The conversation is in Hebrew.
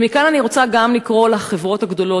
ומכאן אני רוצה גם רוצה לקרוא לחברות הגדולות.